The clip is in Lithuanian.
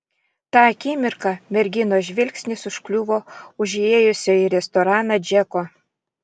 tą akimirką merginos žvilgsnis užkliuvo už įėjusio į restoraną džeko